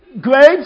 Grapes